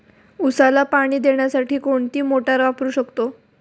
उसाला पाणी देण्यासाठी कोणती मोटार वापरू शकतो?